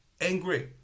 angry